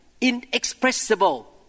inexpressible